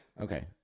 Okay